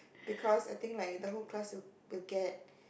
because I think like the whole class will will get